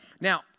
Now